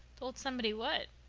told somebody what?